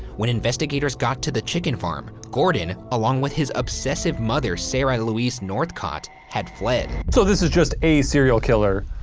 when investigators got to the chicken farm, gordon, along with his obsessive mother, sara louise northcott, had fled. so, this is just a serial killer,